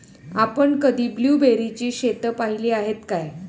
आपण कधी ब्लुबेरीची शेतं पाहीली आहेत काय?